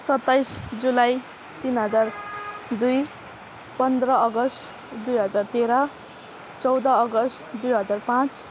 सत्ताइस जुलाई तिन हजार दुई पन्ध्र अगस्ट दुई हजार तेह्र चौध अगस्ट दुई हजार पाँच